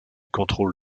contrôle